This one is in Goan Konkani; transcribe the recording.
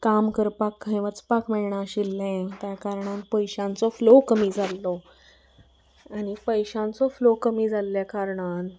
काम करपाक खंय वचपाक मेळना आशिल्लें त्या कारणान पयशांचो फ्लो कमी जाल्लो आनी पयशांचो फ्लो कमी जाल्ल्या कारणान